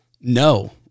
No